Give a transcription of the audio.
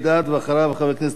חבר הכנסת מסעוד גנאים.